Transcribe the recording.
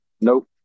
Nope